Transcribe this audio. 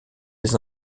les